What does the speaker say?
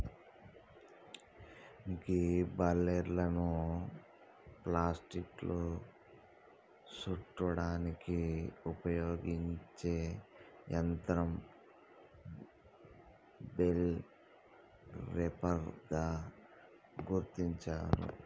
గీ బలేర్లను ప్లాస్టిక్లో సుట్టడానికి ఉపయోగించే యంత్రం బెల్ రేపర్ గా గుర్తించారు